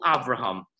Abraham